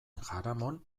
jaramon